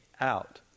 out